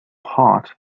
heart